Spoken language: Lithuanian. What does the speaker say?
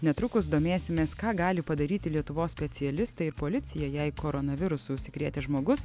netrukus domėsimės ką gali padaryti lietuvos specialistai ir policija jei koronavirusu užsikrėtęs žmogus